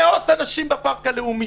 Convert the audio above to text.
מאות אנשים בפארק הלאומי,